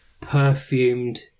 perfumed